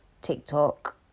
TikTok